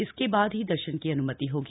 इसके बाद ही दर्शन की अनुमति होगी